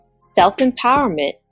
self-empowerment